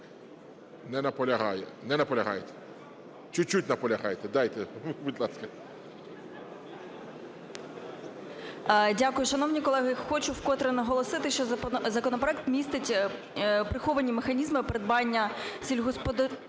Не наполягаєте? Чуть-чуть наполягаєте. Дайте… Будь ласка.